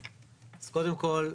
אז קודם כל,